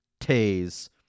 tase